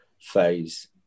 phase